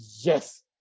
yes